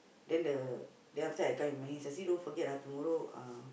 then the then after that I come remind him Sasi don't forget ah tomorrow uh